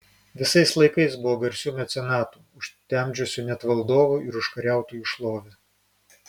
visais laikais buvo garsių mecenatų užtemdžiusių net valdovų ir užkariautojų šlovę